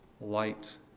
light